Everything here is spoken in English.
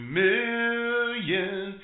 million